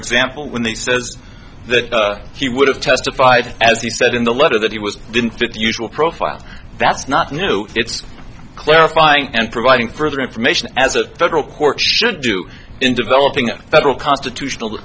example when they says that he would have testified as he said in the letter that he was didn't fit the usual profile that's not new it's clarifying and providing further information as a federal court should do in developing federal constitutional